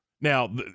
Now